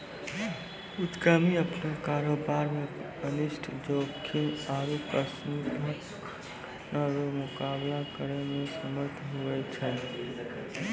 उद्यमी अपनो कारोबार मे अनिष्ट जोखिम आरु आकस्मिक घटना रो मुकाबला करै मे समर्थ हुवै छै